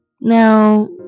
now